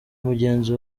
mugenzi